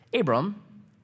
Abram